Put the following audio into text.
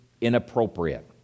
inappropriate